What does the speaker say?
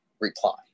reply